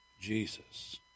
Jesus